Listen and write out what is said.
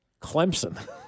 Clemson